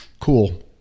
cool